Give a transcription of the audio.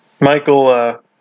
Michael